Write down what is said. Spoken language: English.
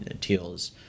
Teal's